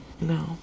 No